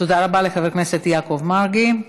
תודה רבה לחבר הכנסת יעקב מרגי.